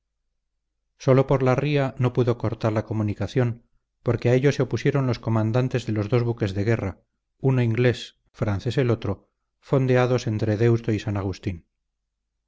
sólo por la ría no pudo cortar la comunicación porque a ello se opusieron los comandantes de los dos buques de guerra uno inglés francés el otro fondeados entre deusto y san agustín